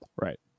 right